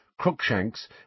crookshanks